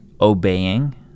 obeying